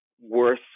worth